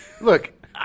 Look